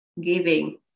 giving